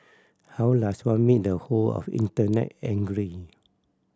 how does one make the whole of Internet angry